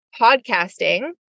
podcasting